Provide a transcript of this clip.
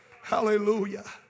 Hallelujah